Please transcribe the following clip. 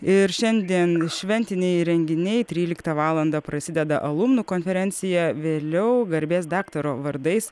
ir šiandien šventiniai renginiai tryliktą valandą prasideda alumnų konferencija vėliau garbės daktaro vardais